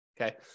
Okay